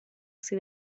see